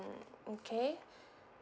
okay